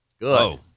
Good